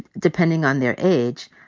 depending on their age,